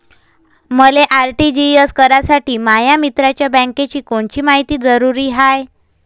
मले आर.टी.जी.एस करासाठी माया मित्राच्या बँकेची कोनची मायती जरुरी हाय?